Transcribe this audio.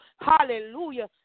hallelujah